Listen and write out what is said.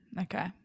okay